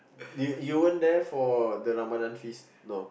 you you weren't there for the Ramadan feast no